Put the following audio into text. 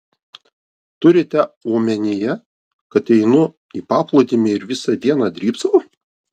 turite omenyje kad einu į paplūdimį ir visą dieną drybsau